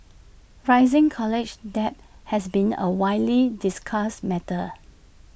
rising college debt has been A widely discussed matter